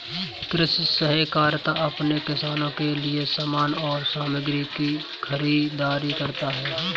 कृषि सहकारिता अपने किसानों के लिए समान और सामग्री की खरीदारी करता है